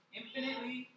infinitely